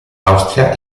austria